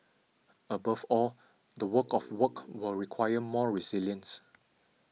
above all the work of work will require more resilience